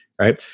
right